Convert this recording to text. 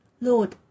Lord